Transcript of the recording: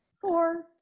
Four